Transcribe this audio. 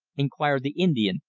inquired the indian,